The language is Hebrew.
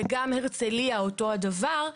וגם הרצליה אותו הדבר,